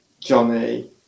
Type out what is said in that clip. Johnny